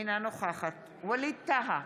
אינה נוכחת ווליד טאהא,